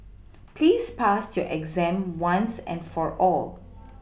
please pass your exam once and for all